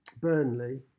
Burnley